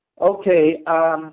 Okay